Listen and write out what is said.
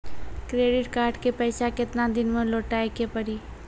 Credit card के पैसा केतना दिन मे लौटाए के पड़ी?